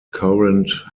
current